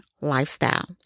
lifestyle